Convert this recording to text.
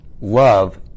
Love